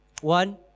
One